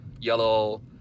yellow